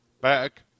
Back